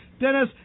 Dennis